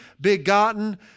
begotten